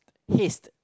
his